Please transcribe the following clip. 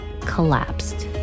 collapsed